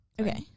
Okay